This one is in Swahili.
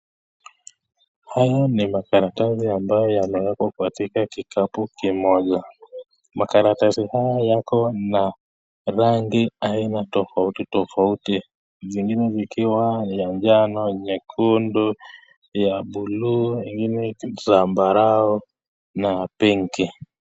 Haya ni makaratasi ambayo yamewekwa kwa kikapu kimoja. Makaratasi haya yako na rangi aina tofauti tofauti. Vingine vikiwa ya njano, nyekundu, ya blue , ingine zambarau na pinki .